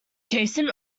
jason